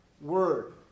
word